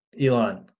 Elon